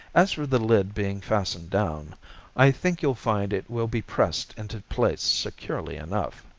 as for the lid being fastened down i think you'll find it will be pressed into place securely enough!